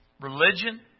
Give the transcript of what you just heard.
religion